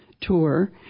tour